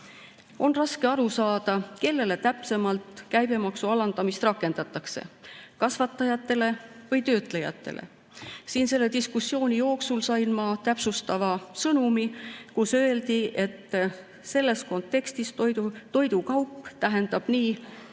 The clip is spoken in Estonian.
On raske aru saada, kellele täpsemalt käibemaksu alandamist rakendatakse, kas kasvatajatele või töötlejatele. Selle diskussiooni jooksul sain ma täpsustava sõnumi, et selles kontekstis tähendab